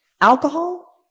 Alcohol